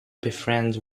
befriends